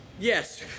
Yes